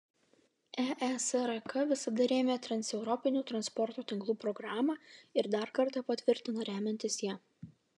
eesrk visada rėmė transeuropinių transporto tinklų programą ir dar kartą patvirtina remiantis ją